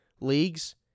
leagues